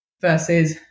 versus